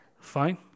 Fine